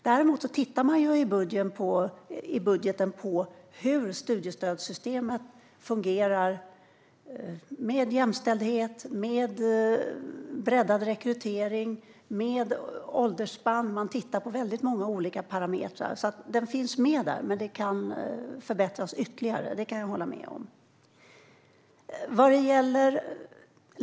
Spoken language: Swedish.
Däremot tittar man i budgeten på hur studiestödssystemet har slagit ut vad gäller jämställdhet, breddad rekrytering, åldersspann - man tittar på väldigt många olika parametrar. Denna aspekt finns med, men jag kan hålla med om att den kan förbättras ytterligare.